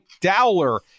Dowler